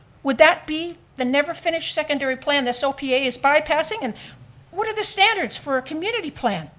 would that be the never finish secondary plan this opa is bypassing? and what are the standards for our community plan?